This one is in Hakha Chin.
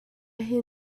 hin